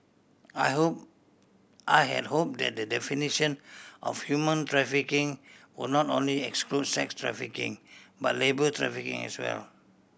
I hope I had hope that the definition of human trafficking would not only include sex trafficking but labour trafficking as well